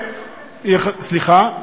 סליחה.